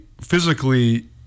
physically